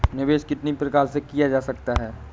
निवेश कितनी प्रकार से किया जा सकता है?